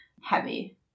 heavy